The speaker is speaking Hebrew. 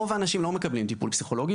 רוב האנשים לא מקבלים טיפול פסיכולוגי,